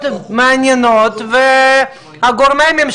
חשוב מאוד לחזק את המטרופולינים,